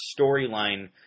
storyline